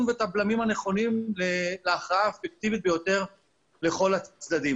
ואת הבלמים הנכונים להכרעה האפקטיבית ביותר לכל הצדדים.